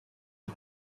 put